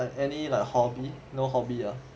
ah any like hobby no hobby ah